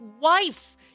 wife